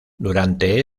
durante